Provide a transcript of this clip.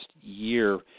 year